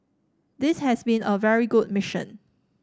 this has been a very good mission